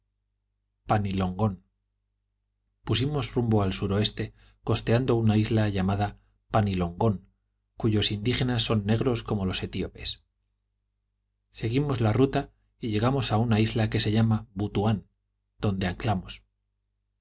útil panilongón pusimos rumbo al suroeste costeando una isla llamada panilongón cuyos indígenas son negros como los etíopes seguimos la ruta y llegamos a una isla que se llama mutua donde anclamos